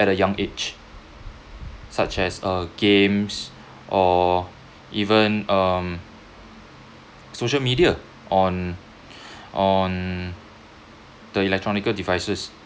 at a young age such as uh games or even um social media on on the electronical devices